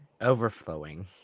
Overflowing